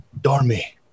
Dormy